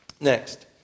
Next